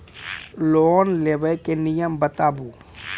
Loan लेबे के नियम बताबू?